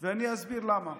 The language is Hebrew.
ואני אסביר למה: